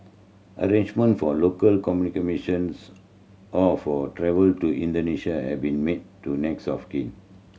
arrangement for local or for travel to Indonesia have been made to next of kin